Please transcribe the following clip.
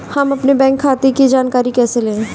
हम अपने बैंक खाते की जानकारी कैसे लें?